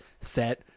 set